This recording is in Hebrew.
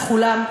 לכולם,